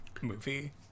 movie